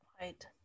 right